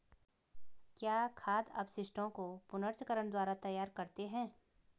क्या खाद अपशिष्टों को पुनर्चक्रण द्वारा तैयार करते हैं?